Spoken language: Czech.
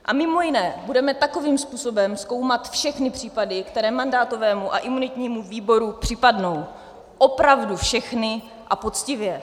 A mimo jiné budeme takovým způsobem zkoumat všechny případy, které mandátovému a imunitnímu výboru připadnou, opravdu všechny a poctivě.